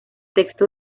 texto